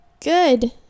good